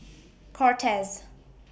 Cortez